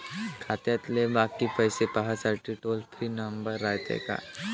खात्यातले बाकी पैसे पाहासाठी टोल फ्री नंबर रायते का?